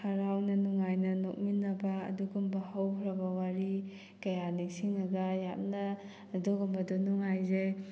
ꯍꯔꯥꯎꯅ ꯅꯨꯡꯉꯥꯏꯅ ꯅꯣꯛꯃꯤꯟꯅꯕ ꯑꯗꯨꯒꯨꯝꯕ ꯍꯧꯈ꯭ꯔꯕ ꯋꯥꯔꯤ ꯀꯌꯥ ꯅꯤꯡꯁꯤꯡꯉꯒ ꯌꯥꯝꯅ ꯑꯗꯨꯒꯨꯝꯕꯗꯣ ꯅꯨꯡꯉꯥꯏꯖꯩ